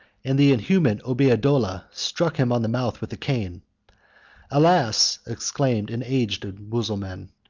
and the inhuman obeidollah struck him on the mouth with a cane alas, exclaimed an aged mussulman,